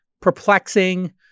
perplexing